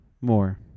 more